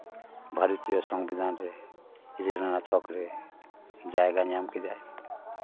ᱵᱷᱟᱨᱚᱛᱤᱭᱚ ᱥᱚᱝᱵᱤᱫᱷᱟᱱ ᱨᱮ ᱤᱨᱟᱹᱞ ᱟᱱᱟᱜ ᱛᱷᱚᱠ ᱨᱮ ᱡᱟᱭᱜᱟ ᱧᱟᱢ ᱠᱮᱫᱟᱭ